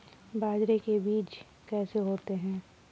बाजरे के बीज कैसे होते हैं?